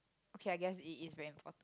okay I guess it is very important